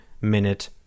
minute